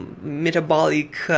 metabolic